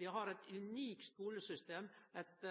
Vi har eit unikt skolesystem, eit